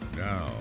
Now